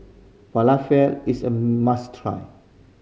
falafel is a must try